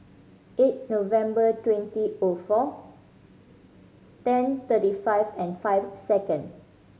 eight November twenty O four ten thirty five and five second